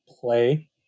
play